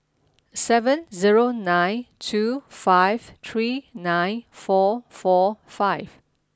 seven zero nine two five three nine four four five